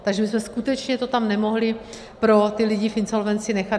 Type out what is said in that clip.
Takže my jsme skutečně to tam nemohli pro ty lidi v insolvenci nechat.